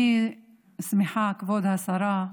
אני שמחה, כבוד השרה,